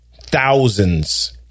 thousands